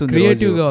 Creative